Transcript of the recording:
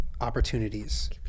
opportunities